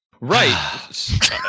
right